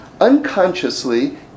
Unconsciously